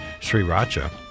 Sriracha